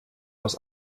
aus